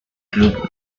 club